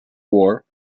war